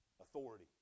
authority